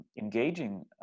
engaging